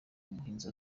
umuhinzi